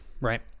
right